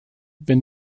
wenn